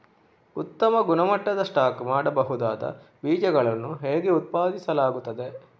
ಉತ್ತಮ ಗುಣಮಟ್ಟದ ಸ್ಟಾಕ್ ಮಾಡಬಹುದಾದ ಬೀಜಗಳನ್ನು ಹೇಗೆ ಉತ್ಪಾದಿಸಲಾಗುತ್ತದೆ